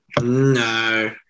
no